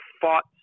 fought